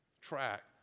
track